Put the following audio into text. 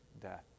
death